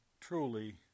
truly